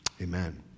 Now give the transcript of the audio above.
amen